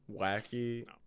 Wacky